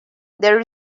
there